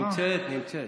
נמצאת, נמצאת.